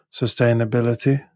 sustainability